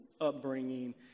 upbringing